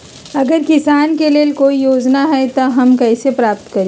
अगर किसान के लेल कोई योजना है त हम कईसे प्राप्त करी?